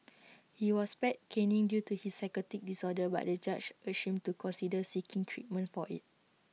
he was spared caning due to his psychotic disorder but the judge urged him to consider seeking treatment for IT